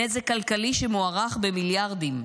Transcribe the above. נזק כלכלי שמוערך במיליארדים.